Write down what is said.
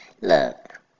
look